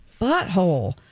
butthole